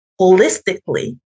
holistically